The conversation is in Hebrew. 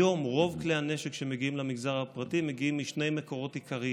היום רוב כלי הנשק שמגיעים למגזר הפרטי מגיעים משני מקורות עיקריים: